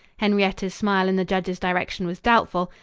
henrietta's smile in the judge's direction was doubtful.